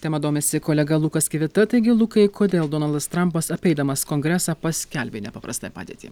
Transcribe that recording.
tema domisi kolega lukas kivita taigi lukai kodėl donaldas trampas apeidamas kongresą paskelbė nepaprastąją padėtį